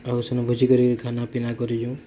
ଆଉ ସେନ ଭୋଜି କରି କରି ଖାନା ପିନା କରିଛୁଁ